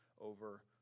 over